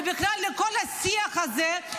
ובכלל לכל השיח הזה,